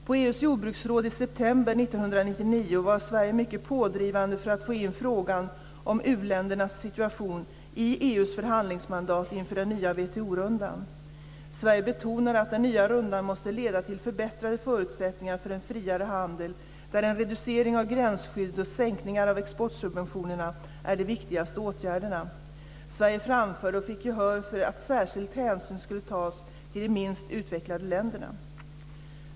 På EU:s jordbruksråd i september 1999 var Sverige mycket pådrivande för att få in frågan om uländernas situation i EU:s förhandlingsmandat inför den nya WTO-rundan. Sverige betonade att den nya rundan måste leda till förbättrade förutsättningar för en friare handel, där en reducering av gränsskyddet och sänkningar av exportsubventionerna är de viktigaste åtgärderna. Sverige framförde och fick gehör för att särskild hänsyn skulle tas till de minst utvecklade länderna.